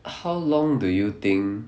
how long do you think